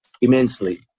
immensely